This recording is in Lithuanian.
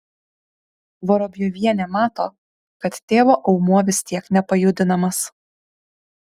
vorobjovienė mato kad tėvo aumuo vis tiek nepajudinamas